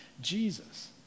Jesus